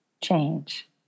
change